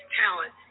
talent